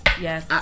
Yes